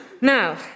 Now